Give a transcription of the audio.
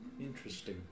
Interesting